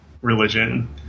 religion